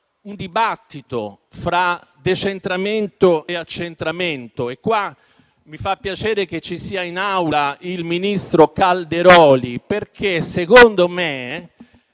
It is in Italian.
un dibattito fra decentramento e accentramento, e mi fa piacere che sia presente in Aula il ministro Calderoli, perché secondo me